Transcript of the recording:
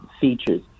features